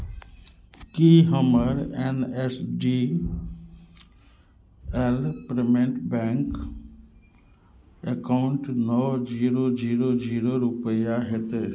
की हमर N S D L payment bank account नओ zero zero zero रुपैआ हेतै